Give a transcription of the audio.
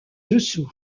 dessous